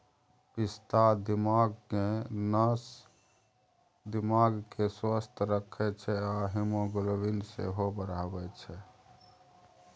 पिस्ता दिमाग केँ स्वस्थ रखै छै आ हीमोग्लोबिन सेहो बढ़ाबै छै